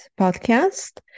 podcast